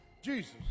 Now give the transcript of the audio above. Jesus